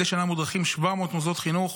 מדי שנה מודרכים 700 מוסדות חינוך